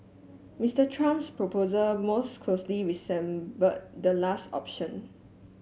Mister Trump's proposal most closely resemble the last option